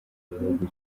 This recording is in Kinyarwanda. ibihugu